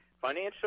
financial